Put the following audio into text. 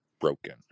broken